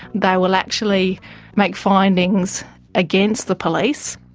they will actually make findings against the police.